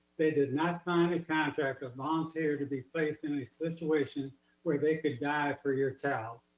they did not sign a contract or volunteer to be placed in a situation where they could die for your child.